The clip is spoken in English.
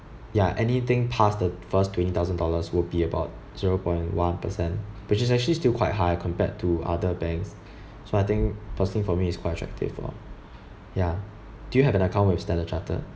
ya anything past the first twenty thousand dollars will be about zero point one percent which is actually still quite high compared to other bank so I think personally for me is quite attractive lor ya do you have an account with standard chartered